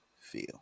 feel